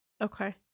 Okay